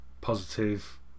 positive